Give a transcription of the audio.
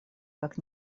как